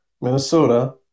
Minnesota